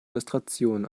illustrationen